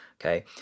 Okay